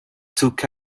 took